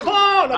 נכון.